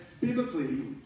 biblically